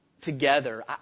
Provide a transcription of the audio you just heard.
together